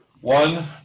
One